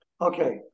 Okay